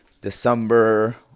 December